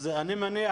אני מניח,